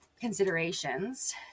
considerations